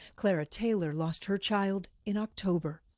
clara taylor lost her child in october.